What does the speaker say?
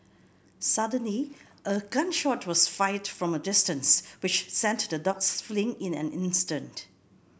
suddenly a gun shot was fired from a distance which sent the dogs fleeing in an instant